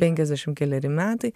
penkiasdešimt keleri metai